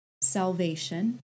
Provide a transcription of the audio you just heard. salvation